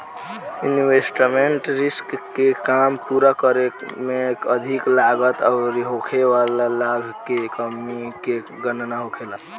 investment risk के काम पूरा करे में अधिक लागत अउरी होखे वाला लाभ के कमी के गणना होला